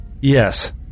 Yes